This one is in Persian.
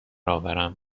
آورم